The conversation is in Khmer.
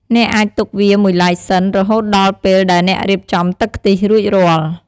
អ្នកអាចទុកវាមួយឡែកសិន រហូតដល់ពេលដែលអ្នករៀបចំទឹកខ្ទិះរួចរាល់។